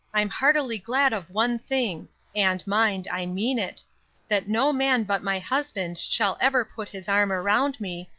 i'm heartily glad of one thing and, mind, i mean it that no man but my husband shall ever put his arm around me,